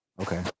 okay